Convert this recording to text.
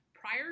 prior